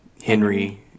Henry